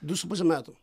du su puse metų